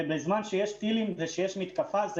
בזמן שיש מתקפת טילים,